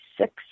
six